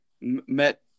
met